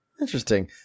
Interesting